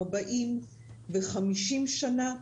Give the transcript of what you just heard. ארבעים וחמישים שנה.